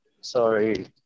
Sorry